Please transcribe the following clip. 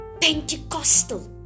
Pentecostal